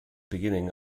beginning